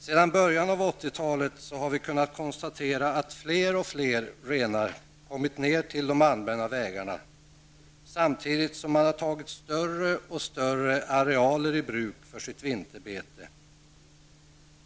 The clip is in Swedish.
Sedan början av 1980-talet har vi kunnat konstatera att fler och fler renar kommit ned till de allmänna vägarna samtidigt som man har tagit större och större arealer i bruk för sitt vinterbete.